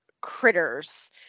critters